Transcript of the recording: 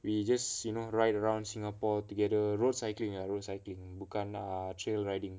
we just you know ride around singapore together road cycling ah road cycling bukan err trail riding